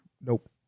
Nope